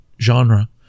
genre